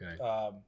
Okay